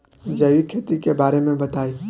जैविक खेती के बारे में बताइ